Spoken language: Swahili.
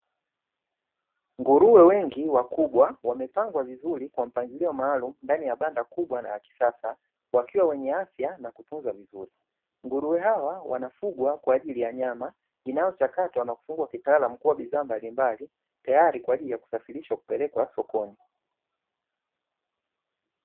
Nguruwe wengi wakubwa wamepangwa vizuri kwa mpangilio maalum ndani ya banda kubwa na la kisasa wakiwa wenye afya na kutunza vizuri. Nguruwe hawa wanafugwa kwa ajili ya nyama inayochakatwa na kufungua kitaalamu kuwa bidhaa mbalimbali, tayari kwa ajili ya kusafirisha kupelekwa sokoni.